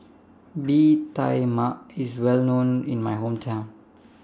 Bee Tai Mak IS Well known in My Hometown